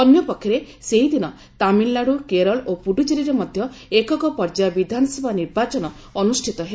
ଅନ୍ୟପକ୍ଷରେ ସେହିଦିନ ତାମିଲନାଡୁ କେରଳ ଓ ପୁଡୁଚେରୀରେ ମଧ୍ୟ ଏକକ ପର୍ଯ୍ୟାୟ ବିଧାନସଭା ନିର୍ବାଚନ ଅନୁଷ୍ଠିତ ହେବ